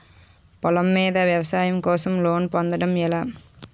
పొలం మీద వ్యవసాయం కోసం లోన్ పొందటం ఎలా?